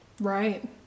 Right